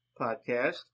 podcast